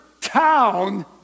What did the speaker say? town